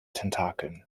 tentakel